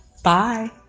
bye